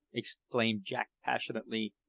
exclaimed jack passionately.